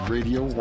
Radio